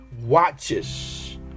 watches